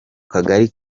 kagari